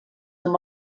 amb